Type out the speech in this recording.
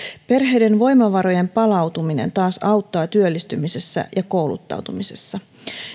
perheiden voimavarojen palautuminen taas auttaa työllistymisessä ja kouluttautumisessa